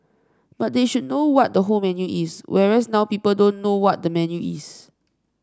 but they should know what the whole menu is whereas now people don't know what the menu is